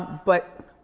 but,